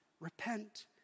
repent